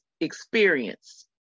experience